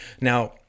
Now